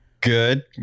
Good